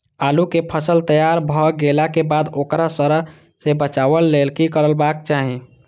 आलू केय फसल तैयार भ गेला के बाद ओकरा सड़य सं बचावय लेल की करबाक चाहि?